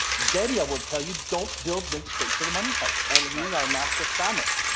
daddy, i will tell you don't build links straight to the money site, and he's our master spammer.